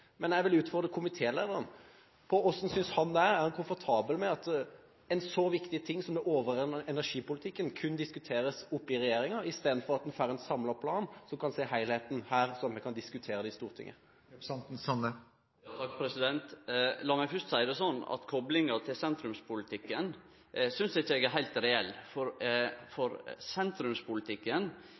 Men jeg vil utfordre komitélederen: Hvordan synes han det er? Er han komfortabel med at en så viktig ting som den overordnede energipolitikken kun diskuteres oppe i regjeringen i stedet for at en får en samlet plan, så en kan se helheten og diskutere den her i Stortinget? Lat meg fyrst seie det sånn at koplinga til sentrumspolitikken synest eg ikkje er heilt reell, for sentrumspolitikken